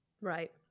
right